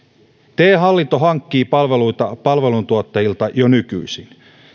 te hallinto hankkii palveluita palveluntuottajilta jo nykyisin